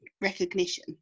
recognition